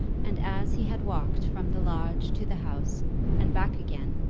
and as he had walked from the lodge to the house and back again,